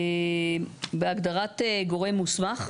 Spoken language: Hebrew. בהגדרת גורם מוסמך,